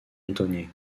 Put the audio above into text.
antoni